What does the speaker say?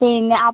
പിന്നെ അപ്